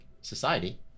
society